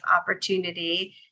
opportunity